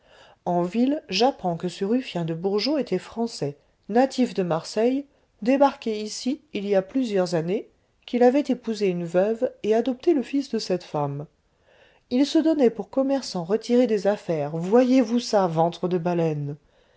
en ville j'apprends que ce ruffien de bourgeot était français natif de marseille débarqué ici il y a plusieurs années qu'il avait épousé une veuve et adopté le fils de cette femme il se donnait pour commerçant retiré des affaires voyez-vous ça ventre de baleine